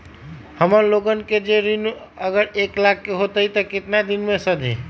हमन लोगन के जे ऋन अगर एक लाख के होई त केतना दिन मे सधी?